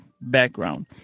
background